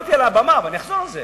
אמרתי על הבמה, ואני אחזור על זה: